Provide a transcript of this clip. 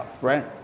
right